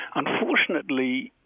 unfortunately,